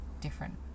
different